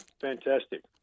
Fantastic